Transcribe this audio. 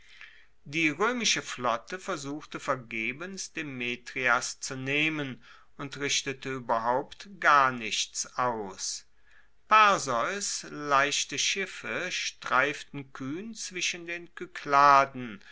die roemische flotte versuchte vergebens demetrias zu nehmen und richtete ueberhaupt gar nichts aus perseus leichte schiffe streiften kuehn zwischen den kykladen